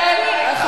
אני גאה בזה.